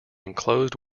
enclosed